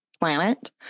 planet